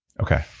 okay.